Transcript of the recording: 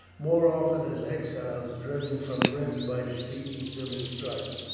more often as exiles driven from britain by defeat in civil strife,